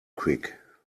quick